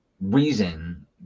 reason